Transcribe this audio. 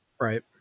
Right